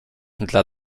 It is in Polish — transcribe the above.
dla